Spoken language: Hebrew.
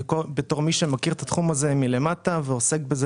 בתור מי שמכיר את התחום הזה מלמטה ועוסק בזה